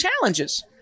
challenges